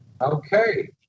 Okay